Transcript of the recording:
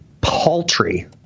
paltry